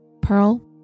Pearl